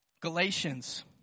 Galatians